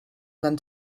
van